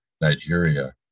Nigeria